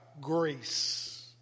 grace